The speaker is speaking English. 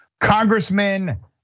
Congressman